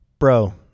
Bro